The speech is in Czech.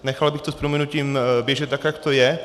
Nechal bych to s prominutím běžet tak, jak to je.